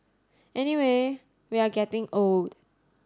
anyway we are getting old